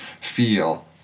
feel